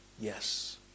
Yes